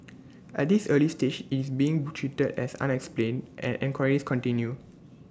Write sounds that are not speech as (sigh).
(noise) at this early stage it's being treated as unexplained and enquiries continue